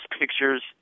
pictures